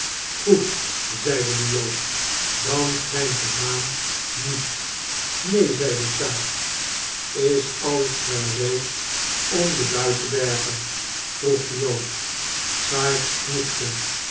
goed zeide de jood dan schijnt de maan niet neen zeide sikes is alles gereed om den buit te bergen vroeg de jood sikes knikte